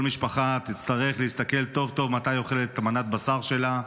כל משפחה תצטרך להסתכל טוב טוב מתי היא אוכלת את מנת הבשר שלה.